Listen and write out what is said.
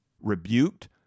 rebuked